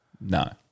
No